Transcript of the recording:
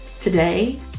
today